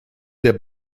der